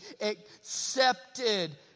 accepted